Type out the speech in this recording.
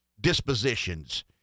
dispositions